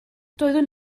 doeddwn